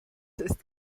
ist